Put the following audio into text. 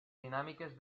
dinàmiques